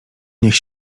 niech